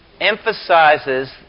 emphasizes